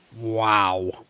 Wow